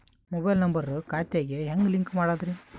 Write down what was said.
Mobile number ಖಾತೆ ಗೆ ಹೆಂಗ್ ಲಿಂಕ್ ಮಾಡದ್ರಿ?